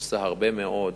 עושה הרבה מאוד,